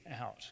out